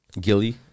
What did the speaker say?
Gilly